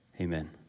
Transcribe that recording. amen